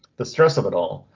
the stress of it all.